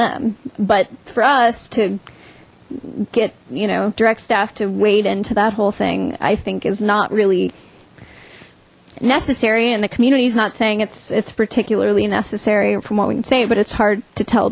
them but for us to get you know direct staff to wade into that whole thing i think is not really nessus area and the community is not saying it's it's particularly necessary from what we can say but it's hard to tell